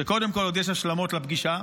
שקודם כול עוד יש השלמות לפגישה,